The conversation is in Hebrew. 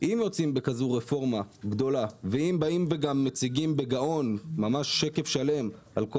אם יוצאים בכזאת רפורמה גדולה ואם באים ומציגים בגאון שקף שלם על כל